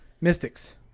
Mystics